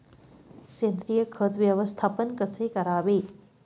सेंद्रिय खत व्यवस्थापन कसे करावे?